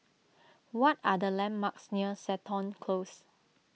what are the landmarks near Seton Close